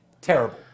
terrible